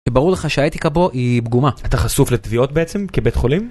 ברור לך שהאתיקה פההיא פגומה, אתה חשוף לתביעות בעצם, כבית חולים?